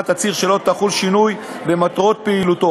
תצהיר שלא חל שינוי במטרותיו ובפעילותו.